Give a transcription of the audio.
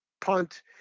punt